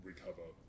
Recover